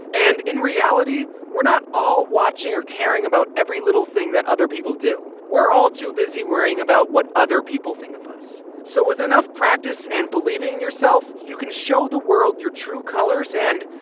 and in reality, we're not all watching or caring about every little thing that other people do. we're all too busy worrying about what other people think of us. so with enough practice and believing in yourself, you can show the world your true colors. and,